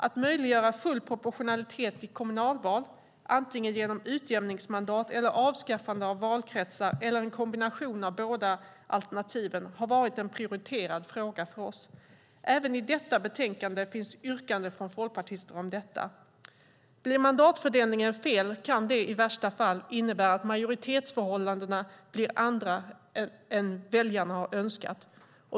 Att möjliggöra full proportionalitet i kommunalval, antingen genom utjämningsmandat eller avskaffande av valkretsar eller en kombination av båda alternativen, har varit en prioriterad fråga för oss. Även i detta betänkande finns yrkanden från folkpartister om detta. Blir mandatfördelningen fel kan det i värsta fall innebära att majoritetsförhållandena blir andra än väljarna önskat.